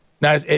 Now